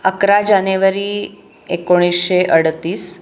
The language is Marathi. अकरा जानेवारी एकोणीसशे अडतीस